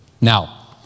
now